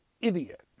idiot